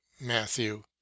matthew